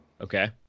Okay